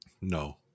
No